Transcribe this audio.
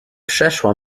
przeszła